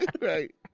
Right